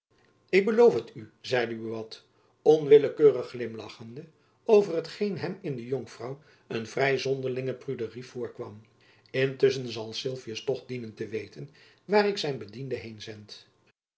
ik beloof het u zeide buat onwillekeurig glimlachende over hetgeen hem in de jonkvrouw een vrij zonderlinge pruderie voorkwam intusschen zal sylvius toch dienen te weten waar ik zijn bediende